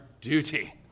duty